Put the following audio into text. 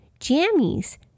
jammies